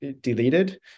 deleted